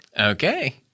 Okay